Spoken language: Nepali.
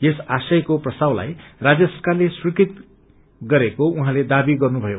यस आशयको प्रस्तावलाई राज्य सरकारले स्वीकृत गरेको उइँले दावी गर्नुभयो